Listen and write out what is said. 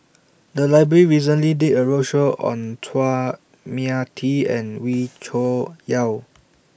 The Library recently did A roadshow on Chua Mia Tee and Wee Cho Yaw